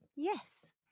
Yes